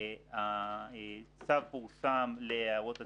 הצו פורסם להערות הציבור.